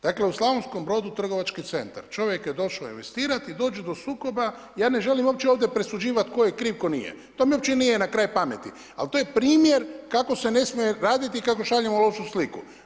Dakle u Slavonskom Brodu trgovački centar, čovjek je došao investirati, dođe do sukoba, ja ne želim ovdje uopće presuđivati tko je kriv, tko nije, to mi uopće nije na kraj pameti, ali to je primjer kako se ne smije raditi, kako šaljemo lošu sliku.